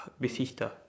Besichter